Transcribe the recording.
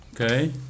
Okay